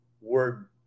word